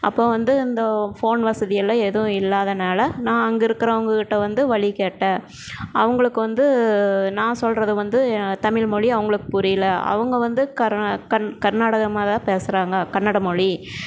அப்போ வந்து இந்த ஃபோன் வசதி எல்லா எதுவும் இல்லாதனால நான் அங்கே இருக்கிறவங்ககிட்ட வந்து வழி கேட்டேன் அவங்களுக்கு வந்து நான் சொல்லுறது வந்து தமிழ்மொழி அவங்களுக்குப் புரியல அவங்க வந்து கர்நா கர் கர்நாடகமா தான் பேசுறாங்க கன்னட மொழி